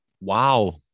Wow